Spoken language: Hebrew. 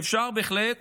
ואפשר בהחלט